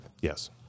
Yes